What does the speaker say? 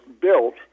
built